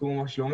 בדקו מה שלומנו,